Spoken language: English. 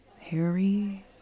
Harry